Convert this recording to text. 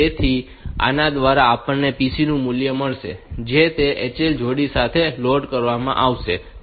તેથી આના દ્વારા આપણને PC નું મૂલ્ય મળશે જે તે HL જોડી સાથે લોડ કરવામાં આવશે